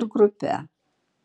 ir grupe